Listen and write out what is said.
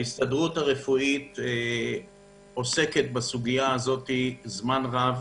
ההסתדרות הרפואית עוסקת בסוגיה הזו זמן רב